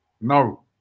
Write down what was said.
no